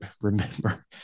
remember